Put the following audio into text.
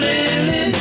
Lily